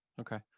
okay